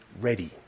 ready